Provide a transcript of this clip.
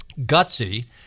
Gutsy